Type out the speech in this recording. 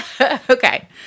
Okay